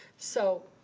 so.